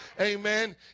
Amen